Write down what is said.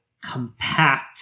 compact